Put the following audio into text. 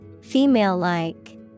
Female-like